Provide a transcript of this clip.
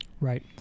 Right